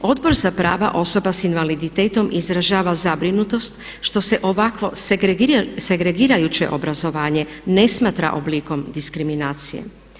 Odbor za prava osoba sa invaliditetom izražava zabrinutost što se ovakvo segregirajuće obrazovanje ne smatra oblikom diskriminacije.